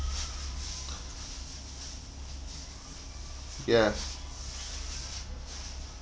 ya